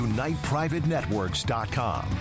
UnitePrivateNetworks.com